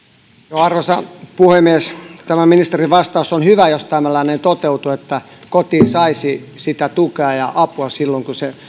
arvoisa puhemies tämä ministerin vastaus on hyvä jos tällainen toteutuu että kotiin saisi sitä tukea ja apua silloin kun se